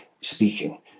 speaking